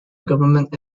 government